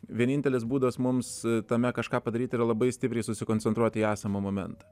vienintelis būdas mums tame kažką padaryti yra labai stipriai susikoncentruoti į esamą momentą